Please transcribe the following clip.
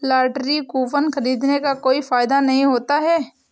lottery coupon खरीदने का कोई फायदा नहीं होता है